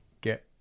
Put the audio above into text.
get